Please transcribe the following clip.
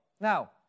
Now